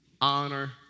honor